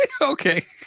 Okay